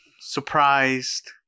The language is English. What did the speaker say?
surprised